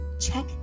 check